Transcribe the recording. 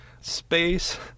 space